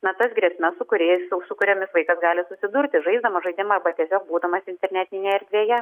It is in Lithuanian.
na tas grėsmes su kuriais su kuriomis vaikas gali susidurti žaisdamas žaidimą arba tiesiog būdamas internetinėj erdvėje